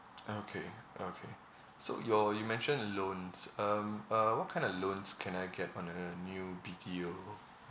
okay okay so you're you mentioned loans um uh what kind of loans can I get on a new B_T_O